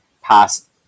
past